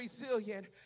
resilient